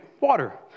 water